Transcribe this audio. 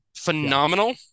phenomenal